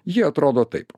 ji atrodo taip